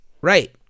Right